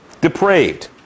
depraved